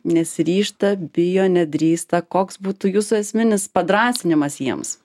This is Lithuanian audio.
nesiryžta bijo nedrįsta koks būtų jūsų esminis padrąsinimas jiems